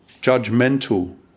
Judgmental